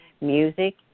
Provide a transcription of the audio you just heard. music